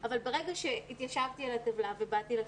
אבל ברגע שהתיישבתי על הטבלה ובאתי לחלק,